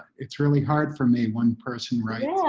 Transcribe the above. it's really hard for me, one person writes. yeah,